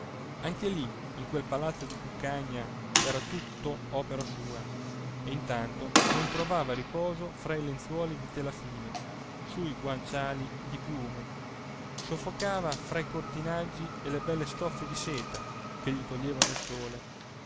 anche lì in quel palazzo di cuccagna era tutto opera sua e intanto non trovava riposo fra i lenzuoli di tela fine sui guanciali di piume soffocava fra i cortinaggi e le belle stoffe di seta che gli toglievano il sole